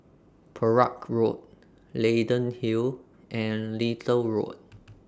Perak Road Leyden Hill and Little Road